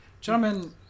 gentlemen